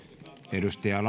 edustaja laukkasella on